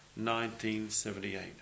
1978